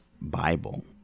Bible